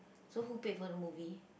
so who paid for the movie